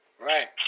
Right